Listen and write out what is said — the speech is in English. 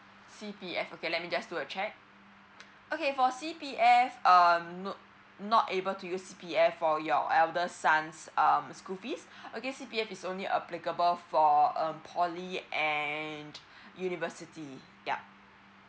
C_P_F okay let me just do a check okay for C_P_F um nope not able to use C_P_F for your elder sons um school fees okay C_P_F it's only applicable for um poly and university yup